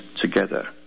together